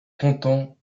canton